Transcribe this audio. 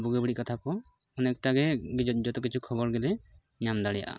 ᱵᱩᱜᱤ ᱵᱟᱹᱲᱤᱡ ᱠᱟᱛᱷᱟ ᱠᱚ ᱚᱱᱮᱠᱴᱟᱜᱮ ᱡᱚᱛᱚ ᱠᱤᱪᱷᱩ ᱠᱷᱚᱵᱚᱨ ᱜᱮᱞᱮ ᱧᱟᱢ ᱫᱟᱲᱮᱭᱟᱜᱼᱟ